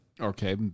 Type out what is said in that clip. Okay